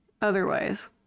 Otherwise